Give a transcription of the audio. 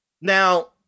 now